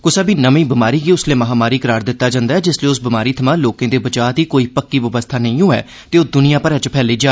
कुसै बी नमीं बमारी गी उसलै महामारी करार दित्ता जंदा ऐ जिसलै उस बमारी थमां लोके दे बचाऽ दी कोई पक्की बवस्था नेई होऐ ते ओह् दुनिया भरै च फैली जा